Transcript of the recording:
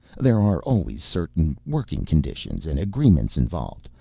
there are always certain working conditions and agreements involved,